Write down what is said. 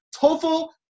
TOEFL